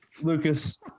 Lucas